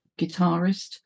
guitarist